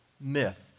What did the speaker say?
myth